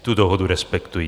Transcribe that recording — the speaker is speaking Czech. Tu dohodu respektuji.